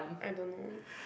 I don't know